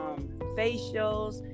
facials